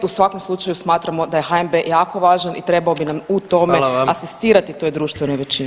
U svakom slučaju smatramo da je HNB jako važan i trebao bi nam u tome asistirati u toj društvenoj većini.